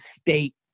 state